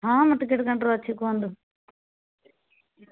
ହଁ ମୁଁ ଟିକେଟ କାଉଣ୍ଟରରେ ଅଛି କୁହନ୍ତୁ